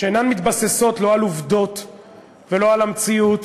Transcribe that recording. שאינן מתבססות לא על עובדות ולא על המציאות